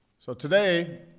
so today,